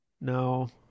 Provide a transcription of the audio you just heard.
No